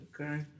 okay